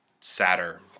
sadder